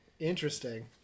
interesting